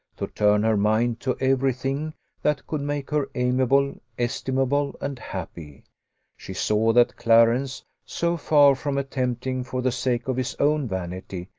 to turn her mind to every thing that could make her amiable, estimable, and happy she saw that clarence, so far from attempting, for the sake of his own vanity,